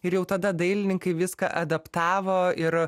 ir jau tada dailininkai viską adaptavo ir